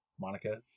Monica